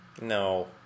No